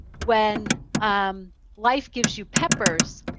when um life gives you peppers,